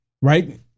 right